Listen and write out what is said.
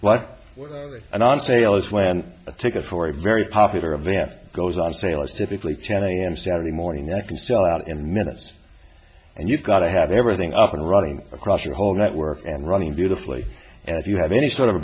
when a ticket for a very popular event goes on sale is typically ten am saturday morning i can sell out in minutes and you've got to have everything up and running across your whole network and running beautifully and if you have any sort of